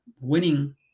winning